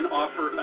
offer